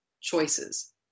choices